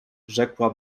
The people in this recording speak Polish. rzekła